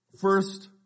first